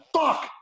Fuck